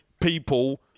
people